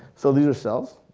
so these are cells.